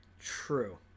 True